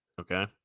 Okay